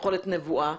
יכולת נבואה,